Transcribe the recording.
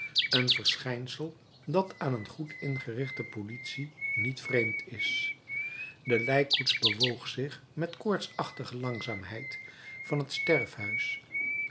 een verschijnsel dat aan een goed ingerichte politie niet vreemd is de lijkkoets bewoog zich met koortsachtige langzaamheid van het